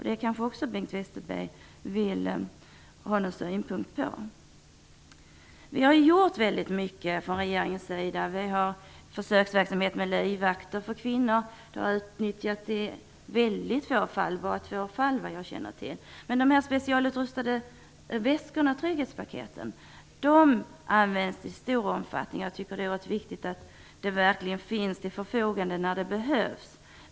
Det kanske Bengt Westerberg också har synpunkter på. Det har gjorts väldigt mycket från regeringens sida. Vi har försöksverksamhet med livvakter för kvinnor. Det har tyvärr utnyttjats i väldigt få fall, bara två, såvitt jag vet. De specialutrustade väskorna och trygghetspaketen används i stor omfattning. Jag tycker att det är viktigt att de verkligen finns till förfogande när de behövs.